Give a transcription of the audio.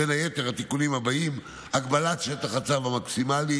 ובין היתר התיקונים הבאים: הגבלת שטח הצו המקסימלי,